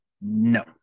No